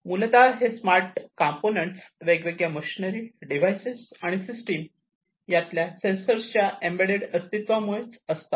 मूलतः हे smart components हे वेगवेगळ्या मशनरी डिव्हायसेस आणि सिस्टीम यातील स्मार्ट सेंसरच्या एम्बेड्डेड अस्तित्वामुळे असतात